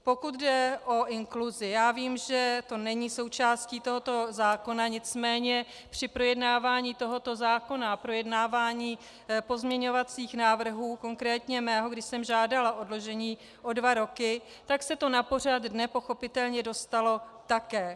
Pokud jde o inkluzi, vím, že to není součástí tohoto zákona, nicméně při projednávání tohoto zákona a projednávání pozměňovacích návrhů, konkrétně mého, kdy jsem žádala o odložení o dva roky, tak se to na pořad dne pochopitelně dostalo také.